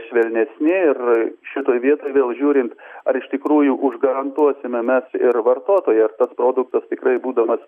švelnesni ir šitoj vietoj vėl žiūrint ar iš tikrųjų už garantuosime mes ir vartotojui ar tas produktas tikrai būdamas